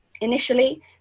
Initially